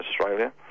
Australia